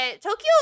Tokyo